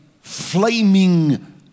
flaming